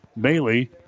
Bailey